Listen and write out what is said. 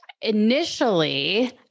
initially